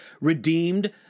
redeemed